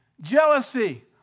jealousy